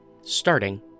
starting